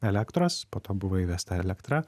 elektros po to buvo įvesta elektra